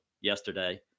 yesterday